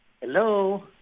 Hello